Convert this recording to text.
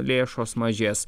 lėšos mažės